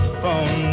phone